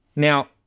Now